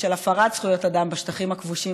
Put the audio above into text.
הפרת זכויות אדם בשטחים הכבושים,